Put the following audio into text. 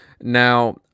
Now